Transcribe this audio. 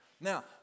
Now